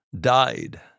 died